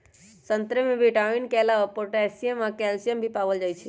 संतरे में विटामिन के अलावे पोटासियम आ कैल्सियम भी पाएल जाई छई